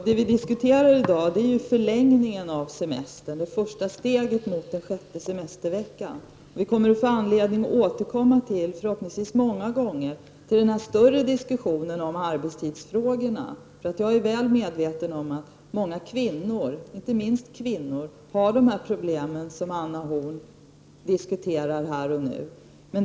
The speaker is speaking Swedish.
Herr talman! Det vi i dag diskuterar är förlängningen av semestern, det första steget mot den sjätte semesterveckan. Vi får anledning att, förhopp ningsvis många gånger, återkomma till den större diskussionen om arbetstidsfrågorna. Jag är väl medveten om att inte minst många kvinnor har de problem som Anna Horn af Rantzien talar om nu.